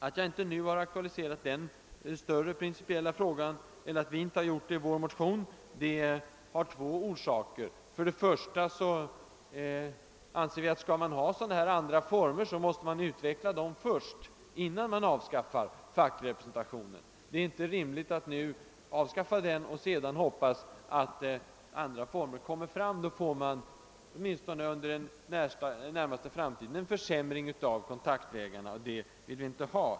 Att vi inte nu i vår motion aktualise rat den större principiella frågeställningen har två orsaker. För det första: om man skall ha sådana här andra former, så måste man utveckla dem innan fackrepresentationen avskaffas. Det är inte rimligt att nu avskaffa denna och hoppas att andra former utan vidare kommer till stånd. Om man gjorde på det sättet, skulle det åtminstone inom den närmaste framtiden bli en försämring av kontaktvägarna, och det vill vi inte riskera.